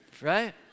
Right